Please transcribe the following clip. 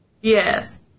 Yes